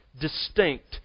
distinct